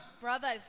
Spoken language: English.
Brothers